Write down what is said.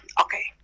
Okay